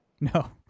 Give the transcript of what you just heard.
No